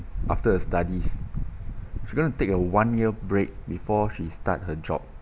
after her studies she gonna take a one year break before she start her job